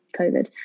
covid